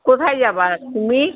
কোথায় যাবে তুমি